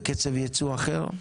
בקצב ייצוא אחר?